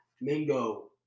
Mingo